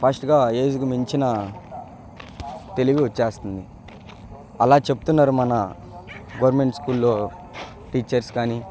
ఫాస్ట్గా ఏజ్కి మించిన తెలివి వచ్చేస్తుంది అలా చెప్తున్నారు మన గవర్నమెంటు స్కూల్లో టీచర్స్ కానీ